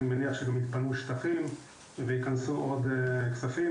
אני מניח שגם יתפנו שטחים וייכנסו עוד כספים,